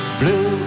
blue